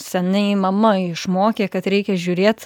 seniai mama išmokė kad reikia žiūrėt